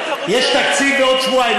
יש תקציב בעוד שבועיים,